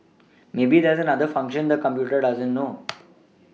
maybe there's another function the computer doesn't know